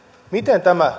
miten tämä